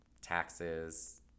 taxes